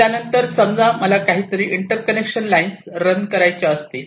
त्यानंतर समजा मला काहीतरी इंटर्कनेक्शन लाइन्स रन करायच्या असतील